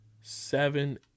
seven